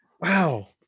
Wow